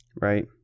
right